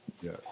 yes